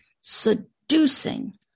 seducing